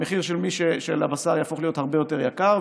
המחיר של הבשר יהפוך להיות הרבה יותר גבוה,